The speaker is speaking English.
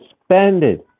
suspended